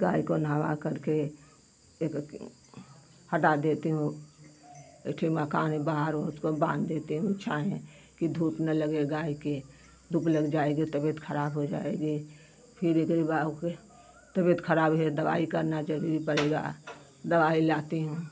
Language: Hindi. गाय को नहवा करके एक के हटा देती हूँ येठे मकान के बाहर उसको बाँध देती हूँ छा में कि धूप न लगे गाय के धूप लग जाएगी तबीयत खराब हो जाएगी फिर एकरे बा ओके तबीयत खराब है दवाई करना जरूरी पड़ेगा दवाई लाती हूँ